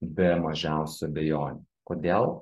be mažiausių abejonių kodėl